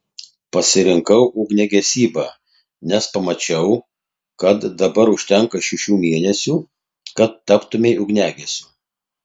pasirinkau ugniagesybą nes pamačiau kad dabar užtenka šešių mėnesių kad taptumei ugniagesiu